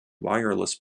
wireless